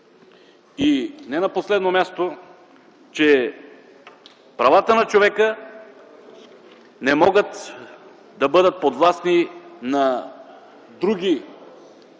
И не на последно място, че правата на човека не могат да бъдат подвластни на други